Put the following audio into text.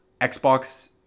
Xbox